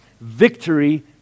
Victory